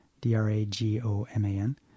D-R-A-G-O-M-A-N